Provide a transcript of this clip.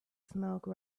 smoke